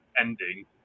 ending